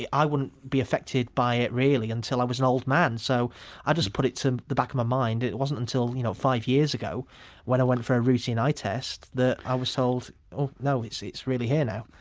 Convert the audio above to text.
i wouldn't be affected by it really until i was an old man, so i just put it to the back of my mind. it wasn't until you know five years ago when i went for a routine eye test, that i was told oh no, it's it's really here now.